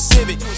Civic